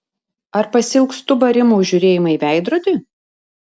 ar pasiilgstu barimo už žiūrėjimą į veidrodį